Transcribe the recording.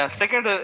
second